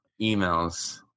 emails